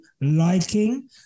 liking